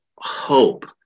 hope